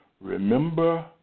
Remember